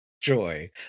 joy